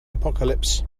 apocalypse